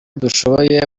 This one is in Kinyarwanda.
dushoboye